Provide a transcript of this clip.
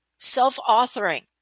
Self-authoring